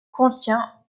contient